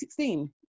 2016